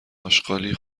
آشغالی